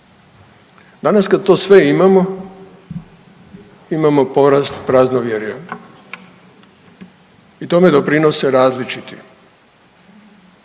Danas kad to sve imamo imamo porast praznovjerja i tome doprinose različiti,